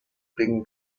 bing